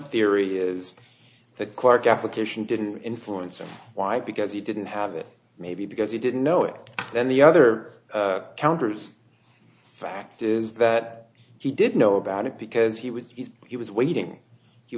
theory is that clark application didn't influence or why because he didn't have it maybe because he didn't know it then the other counters fact is that he did know about it because he was he was waiting he